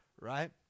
right